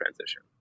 transition